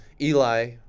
Eli –